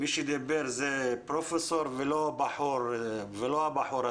מי שדיבר הוא פרופ' ולא "הבחור הזה".